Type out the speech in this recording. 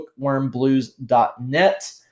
BookwormBlues.net